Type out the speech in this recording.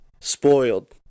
Spoiled